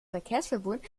verkehrsverbund